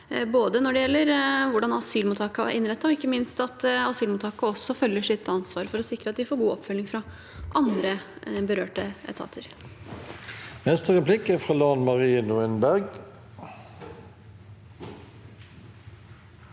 både når det gjelder hvordan asylmottaket er innrettet, og ikke minst for at asylmottaket skal følge opp sitt ansvar for å sikre at de får god oppfølging fra andre berørte etater. Lan Marie Nguyen Berg